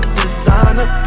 designer